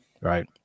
right